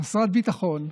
חסרת ביטחון,